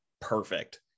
perfect